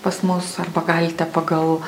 pas mus arba galite pagal